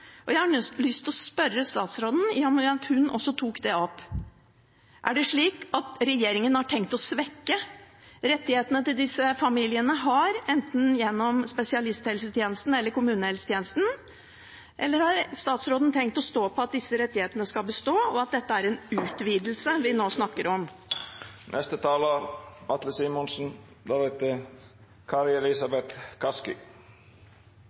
tjenestene. Jeg har lyst til å spørre statsråden, i og med at hun også tok det opp: Er det slik at regjeringen har tenkt å svekke rettighetene disse familiene har – enten gjennom spesialisthelsetjenesten eller kommunehelsetjenesten – eller har statsråden tenkt å stå på at disse rettighetene skal bestå, og at det er en utvidelse vi nå snakker om?